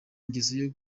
ingeso